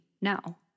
now